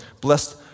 blessed